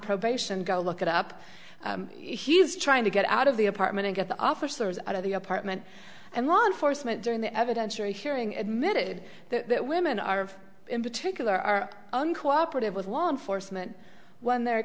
probation go look it up he's trying to get out of the apartment and get the officers out of the apartment and law enforcement during the evidentiary hearing admitted that women are in particular are uncooperative with law enforcement when they're